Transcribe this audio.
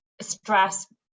stress